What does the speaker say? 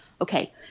Okay